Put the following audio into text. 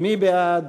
מי בעד?